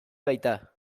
baita